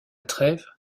trêve